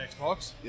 Xbox